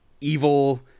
evil